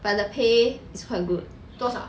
but the pay is quite good